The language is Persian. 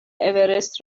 اورست